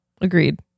Agreed